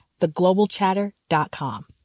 theglobalchatter.com